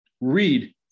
Read